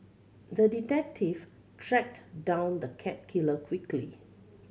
the detective tracked down the cat killer quickly